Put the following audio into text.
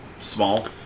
small